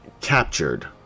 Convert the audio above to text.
captured